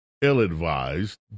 ill-advised